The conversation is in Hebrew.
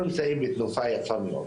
אנחנו נמצאים בתנופה יפה מאוד,